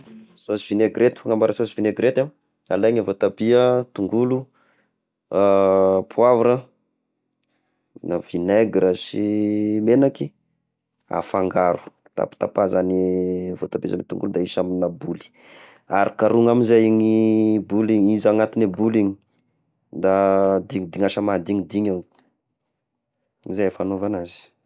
Sôsy vinaigrety fanamboara sôsy vinaigrety ah, alaigna voatabia ah, dongolo poivra, na vignaigra sy megnaky, afangaro, tapatapa izany voatabia sy ny dongoly da ahisy amy na boly, arokarogna amy izay igny boly izy agnaty boly igny da dignidigniasa madignidigny ao, izay fagnaova azy.